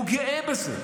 הוא גאה בזה.